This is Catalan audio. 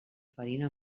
farina